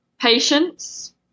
Patience